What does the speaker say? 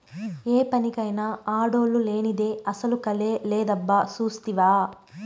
ఏ పనికైనా ఆడోల్లు లేనిదే అసల కళే లేదబ్బా సూస్తివా